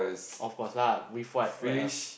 of course lah with what what else